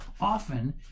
often